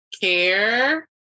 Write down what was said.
care